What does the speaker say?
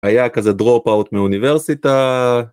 היה כזה drop out מאוניברסיטה.